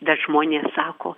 dar žmonės sako